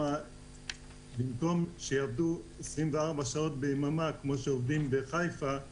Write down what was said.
במקום שיעבדו 24 שעות ביממה כמו בחיפה,